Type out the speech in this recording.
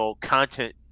content